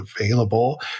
available